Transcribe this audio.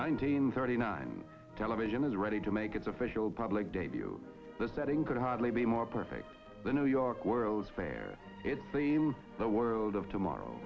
nineteen thirty nine television is ready to make its official public debut the setting could hardly be more perfect than new york world's fair it seems the world of tomorrow